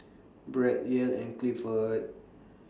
Brett Yael and Gifford